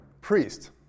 Priest